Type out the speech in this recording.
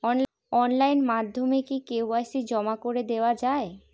Online মাধ্যমে কি KYC জমা করে দেওয়া য়ায়?